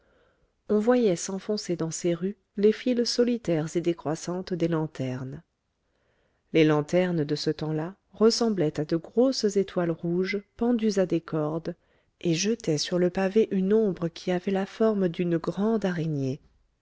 on voyait s'enfoncer dans ces rues les files solitaires et décroissantes des lanternes les lanternes de ce temps-là ressemblaient à de grosses étoiles rouges pendues à des cordes et jetaient sur le pavé une ombre qui avait la forme d'une grande araignée